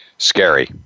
Scary